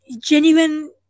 genuine